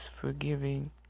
forgiving